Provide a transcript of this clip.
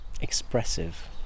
Expressive